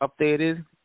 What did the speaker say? updated